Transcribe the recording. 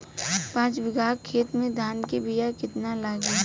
पाँच बिगहा खेत में धान के बिया केतना लागी?